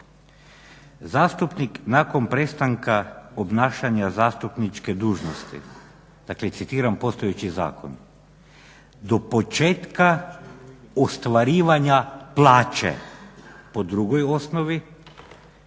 Zastupnik nakon prestanka obnašanja zastupničke dužnosti, dakle citiram postojeći zakon do početka ostvarivanja plaće po drugoj osnovi